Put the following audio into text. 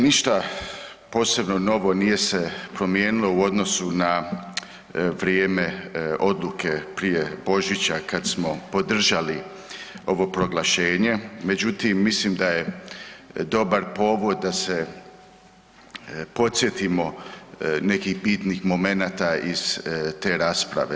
Ništa posebno novo nije se promijenilo u odnosu na vrijeme odluke prije Božića kad smo podržali ovo proglašenje, međutim mislim da je dobar povod da se podsjetimo nekih bitnih momenata iz te rasprave.